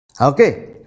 Okay